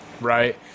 Right